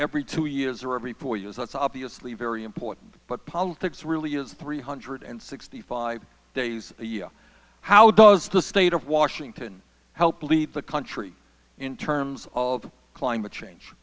every two years or every four years that's obviously very important but politics really is three hundred sixty five days a year how does the state of washington help lead the country in terms of climate change